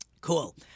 Cool